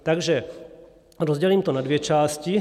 Takže to rozdělím na dvě části.